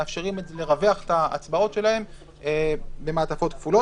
מאפשרים לרווח את ההצבעות שלהם במעטפות כפולות.